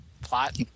plot